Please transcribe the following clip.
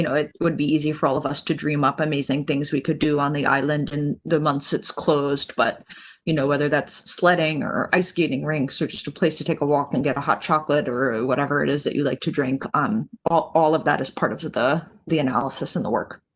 you know it would be easy for all of us to dream up. amazing things we could do on the island in the months it's closed, but you know whether that's sledding or ice skating rink searches to place to take a walk and get a hot chocolate or or whatever it is, that you'd like to drink um all all of that as part of the the analysis and the work.